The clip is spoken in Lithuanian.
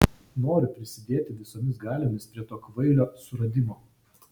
noriu prisidėti visomis galiomis prie to kvailio suradimo